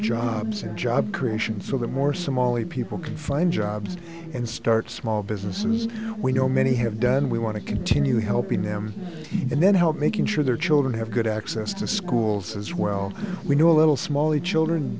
jobs and job creation so that more somali people can find jobs and start small businesses we know many have done we want to continue helping them and then help making sure their children have good access to schools as well we know a little small the children